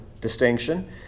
Distinction